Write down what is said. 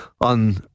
on